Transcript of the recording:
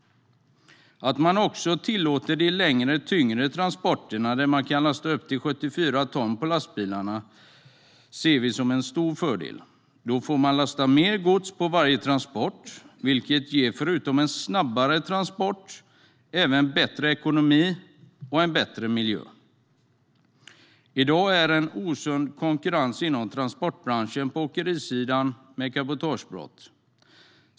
Att också tillåta de längre och tyngre transporterna, där man kan lasta upp till 74 ton på lastbilarna, ser vi som en stor fördel. Då kan man lasta mer gods på varje transport, vilket förutom snabbare transporter ger bättre ekonomi och bättre miljö. Det är i dag en osund konkurrens i transportbranschen på åkerisidan med cabotagebrott.